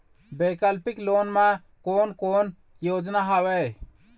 वैकल्पिक लोन मा कोन कोन योजना हवए?